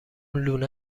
لونه